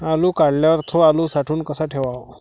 आलू काढल्यावर थो आलू साठवून कसा ठेवाव?